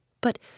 But